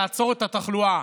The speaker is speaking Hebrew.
לעצור את התחלואה,